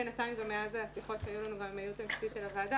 בינתיים גם מאז השיחות שהיו לנו גם עם הייעוץ המשפטי של הוועדה,